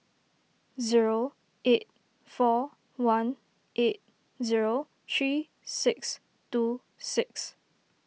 zero eight four one eight zero three six two six